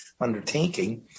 undertaking